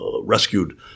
rescued